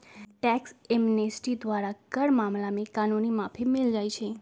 tax amnesty द्वारा कर मामला में कानूनी माफी मिल जाइ छै